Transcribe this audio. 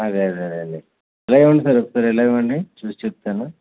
అదే అదే లేండి ఇలా ఇవ్వండి సార్ ఇలా ఇవ్వండి చూసి చెప్తాను